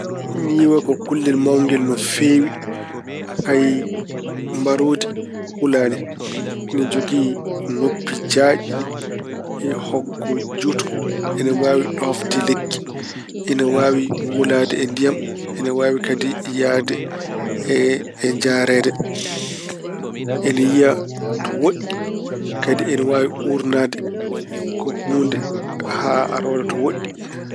Ñiiwa ko kullel mawngel no feewi. Hay mbaroondi hulaani. Ne jogii noppi jaajɗi e hoggo juutngo. Ina waawi ɗoofde lekki. Ine waawi wulaade e ndiyam. Ina waawi kadi yahde e njareende. Ena yiya to woɗɗi. Kadi ena waawi uurnaade ko- huunde haa aroore to woɗɗi.